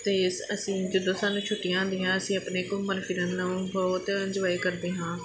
ਅਤੇ ਅਸੀਂ ਅਸੀਂ ਜਦੋਂ ਸਾਨੂੰ ਛੁੱਟੀਆਂ ਹੁੰਦੀਆਂ ਅਸੀਂ ਆਪਣੇ ਘੁੰਮਣ ਫਿਰਨ ਨੂੰ ਬਹੁਤ ਇੰਜੋਏ ਕਰਦੇ ਹਾਂ